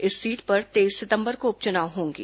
इस सीट पर तेईस सितंबर को उप चुनाव होंगे